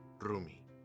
Rumi